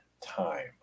time